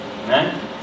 Amen